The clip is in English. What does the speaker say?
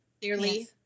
clearly